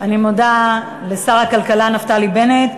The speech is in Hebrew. אני מודה לשר הכלכלה נפתלי בנט.